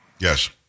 Yes